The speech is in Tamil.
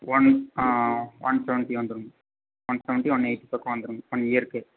ஒன் ஒன் சவன்ட்டி வந்துடும் ஒன் சவன்ட்டி ஒன் எயிட்டி பக்கம் வந்துடும் ஒன் இயருக்கு